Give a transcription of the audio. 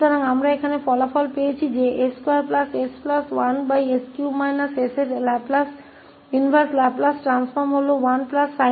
तो हमारे पास परिणाम है कि यहाँ इस 𝑠2s1s3sका 1 sin 𝑡 है